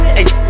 Hey